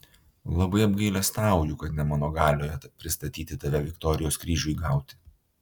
labai apgailestauju kad ne mano galioje pristatyti tave viktorijos kryžiui gauti